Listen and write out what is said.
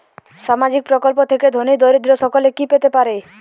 সামাজিক প্রকল্প থেকে ধনী দরিদ্র সকলে কি পেতে পারে?